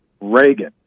Reagan